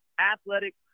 athletic